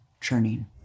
churning